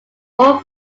all